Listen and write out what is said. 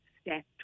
step